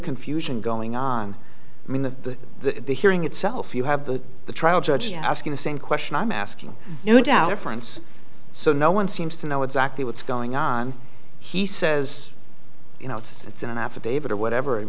confusion going on in the the hearing itself you have the the trial judge asking the same question i'm asking you and our friends so no one seems to know exactly what's going on he says you know it's it's an affidavit or whatever